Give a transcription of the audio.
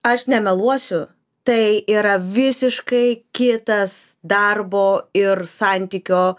aš nemeluosiu tai yra visiškai kitas darbo ir santykio